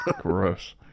Gross